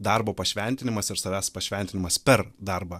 darbo pašventinimas ir savęs pašventinimas per darbą